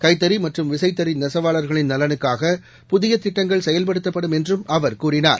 கைத்தறிமற்றும் விசைத்தறிநெசவாளர்களின் நலனுக்காக புதியதிட்டங்கள் செயல்படுத்தப்படும் என்றும் அவர் கூறினார்